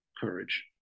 courage